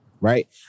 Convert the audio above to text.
right